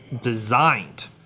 designed